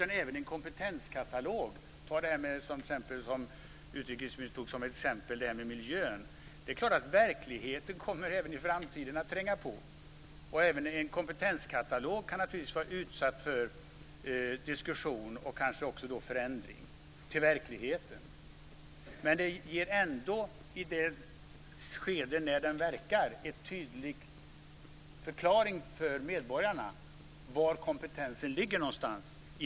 Även för en kompetenskatalog, t.ex. för miljön som utrikesministern nämnde, så kommer verkligheten också i framtiden att tränga på. Även en kompetenskatalog kan naturligtvis vara utsatt för en diskussion och kanske också för en förändring och anpassning till verkligheten. Men i det skede som den verkar ger den ändå en tydlig förklaring för medborgarna av var kompetensen ligger någonstans.